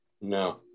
No